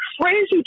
crazy